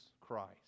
Christ